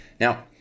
now